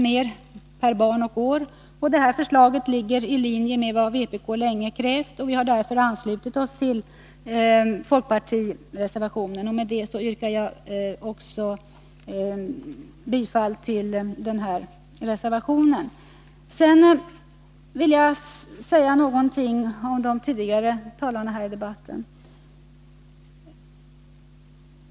mer per barn och år. Detta förslag ligger i linje med vad vpk länge har krävt. Därför har vi anslutit oss till fp-motionen. Jag yrkar med detta bifall också till reservation nr 1. Slutligen vill jag något kommentera vad de tidigare talarna har sagt i debatten.